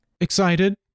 Excited